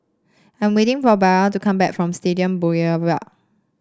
I'm waiting for Belva to come back from Stadium Boulevard